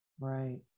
right